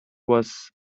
was